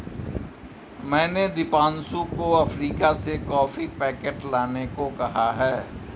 मैंने दीपांशु को अफ्रीका से कॉफी पैकेट लाने को कहा है